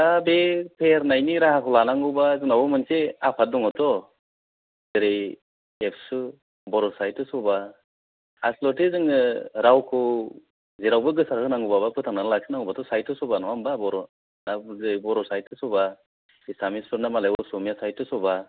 दा बे फेहेरनायनि राहाखौ लानांगौबा माबा मोनसे आफात दङ थ' जेरै जेरै एबसु बर' साहित्य सभा आसलथे जोङो रावखौ जेरावबो गोसारहोनांगौ बा फोथांनानै लाखिनांगौबा साहित्य सभा नङा होनबा बर' जेरै बर' साहित्य सभा एसामासफोरना जेरै असमिया साहित्य सभा